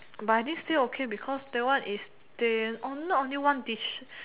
but I think still okay because that one is they not only one dish